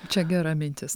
čia gera mintis